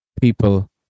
people